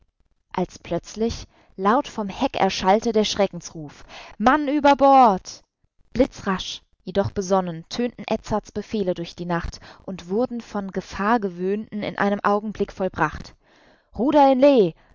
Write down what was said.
als plötzlich laut vom heck erschallte der schreckensruf mann über bord blitzrasch jedoch besonnen tönten edzards befehle durch die nacht und wurden von gefahrgewöhnten in einem augenblick vollbracht